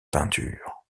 peinture